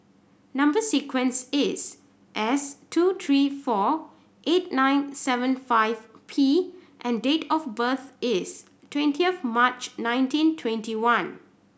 number sequence is S two three four eight nine seven five P and date of birth is twenty of March nineteen twenty one